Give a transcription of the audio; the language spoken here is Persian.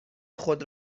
خود